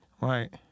Right